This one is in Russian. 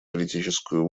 политическую